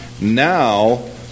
Now